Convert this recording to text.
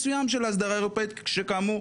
יהיו מסמכים מנחים של המשרד, כפי שיש לנו גם היום.